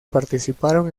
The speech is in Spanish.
participaron